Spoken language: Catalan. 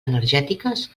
energètiques